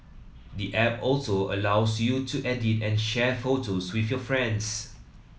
the app also allows you to edit and share photos with your friends